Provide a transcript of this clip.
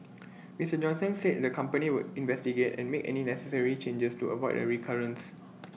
Mister Johnson said the company would investigate and make any necessary changes to avoid A recurrence